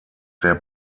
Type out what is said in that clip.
der